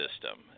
system